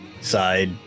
side